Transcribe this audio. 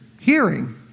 Hearing